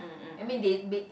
I mean they they